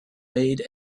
made